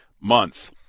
month